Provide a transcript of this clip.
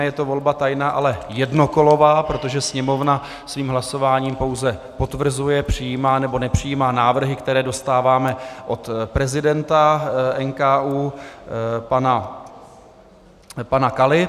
Je to volba tajná, ale jednokolová, protože Sněmovna svým hlasováním pouze potvrzuje, přijímá nebo nepřijímá návrhy, které dostáváme od prezidenta NKÚ pana Kaly.